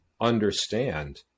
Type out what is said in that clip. understand